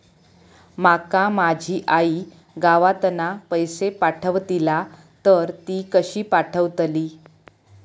माका माझी आई गावातना पैसे पाठवतीला तर ती कशी पाठवतली?